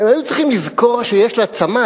הם היו צריכים לזכור שיש לה צמה,